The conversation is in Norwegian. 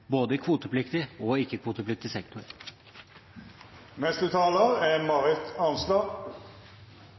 både i kvotepliktig og i